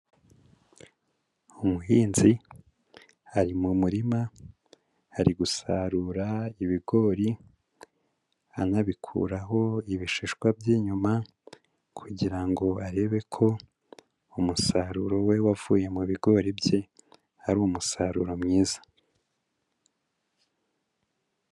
Umuhinzi ari mu murima, ari gusarura ibigori anabikuraho ibishishwa by'inyuma kugira ngo arebe ko umusaruro we wavuye mu bigori bye ari umusaruro mwiza.